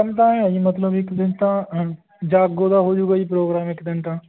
ਕੰਮ ਤਾਂ ਹੈ ਆ ਜੀ ਇੱਕ ਦਿਨ ਤਾਂ ਜਾਗੋ ਦਾ ਹੋ ਜਾਵੇਗਾ ਜੀ ਪ੍ਰੋਗਰਾਮ ਇੱਕ ਦਿਨ ਤਾਂ